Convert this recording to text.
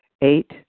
Eight